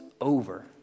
over